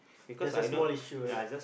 just a small issue right